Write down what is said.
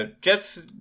Jet's